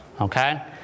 Okay